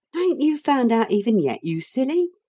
ain't you found out even yet, you silly?